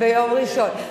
ביום ראשון.